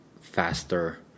faster